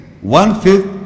one-fifth